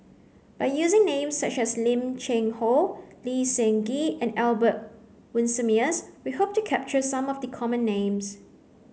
by using names such as Lim Cheng Hoe Lee Seng Gee and Albert Winsemius we hope to capture some of the common names